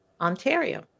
Ontario